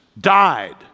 died